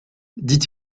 dit